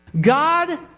God